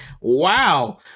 Wow